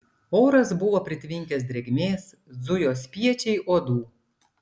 oras buvo pritvinkęs drėgmės zujo spiečiai uodų